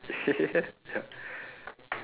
ya